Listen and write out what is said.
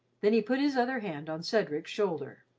then he put his other hand on cedric's shoulder.